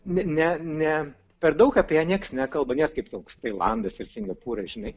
ne ne per daug apie ją nieks nekalba nėr kaip koks tailandas ir singapūras žinai